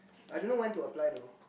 I don't know when to apply though